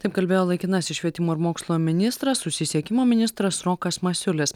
taip kalbėjo laikinasis švietimo ir mokslo ministras susisiekimo ministras rokas masiulis